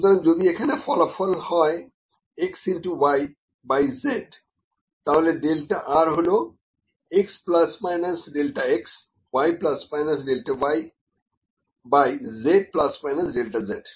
সুতরাং যদি এখানে ফলাফল হয় x into y by z তাহলে ডেল্টা r হল x plus minus delta x y plus minus delta y by z plus minus delta z